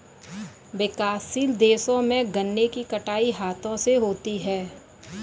विकासशील देशों में गन्ने की कटाई हाथों से होती है